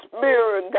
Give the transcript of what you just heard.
Spirit